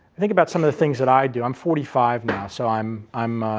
think about some of the things that i do, am forty five now, so i'm i'm